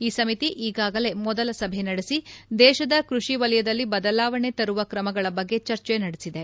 ಈ ಸಮಿತಿ ಈಗಾಗಲೇ ಮೊದಲ ಸಭೆ ನಡೆಸಿ ದೇಶದ ಕೃಷಿ ವಲಯದಲ್ಲಿ ಬದಲಾವಣೆ ತರುವ ತ್ರಮಗಳ ಬಗ್ಗೆ ಚರ್ಚೆ ನಡೆಸಿದೆ